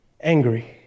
angry